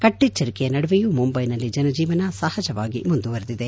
ಕಟ್ಟೆಚ್ಚರಿಕೆಯ ನಡುವೆಯೂ ಮುಂಬೈನಲ್ಲಿ ಜನಜೀವನ ಸಹಜವಾಗಿ ಮುಂದುವರೆದಿದೆ